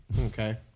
okay